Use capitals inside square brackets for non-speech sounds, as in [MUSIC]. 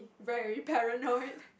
very paranoid [LAUGHS]